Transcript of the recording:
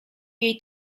jej